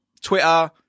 Twitter